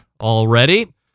already